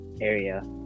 area